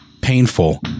painful